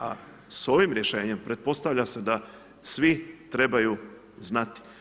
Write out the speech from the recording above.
A s ovim rješenjem pretpostavlja se da svi trebaju znati.